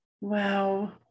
Wow